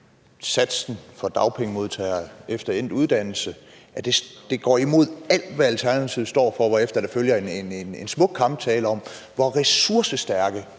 satsen for dagpengemodtagere efter endt uddannelse, går imod alt, hvad Alternativet står for, hvorefter der følger en smuk kamptale om, hvor ressourcestærke